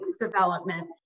development